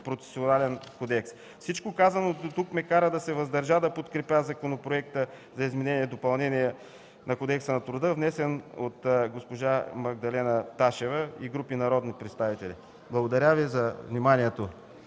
процесуален кодекс. Всичко казано дотук ме кара да се въздържа да подкрепя Законопроекта за изменение и допълнение на Кодекса на труда, внесен от госпожа Магдалена Ташева и група народни представители. Благодаря Ви вниманието.